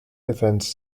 defense